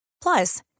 Plus